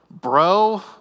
bro